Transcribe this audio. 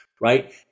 Right